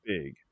big